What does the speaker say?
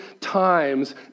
times